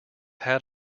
had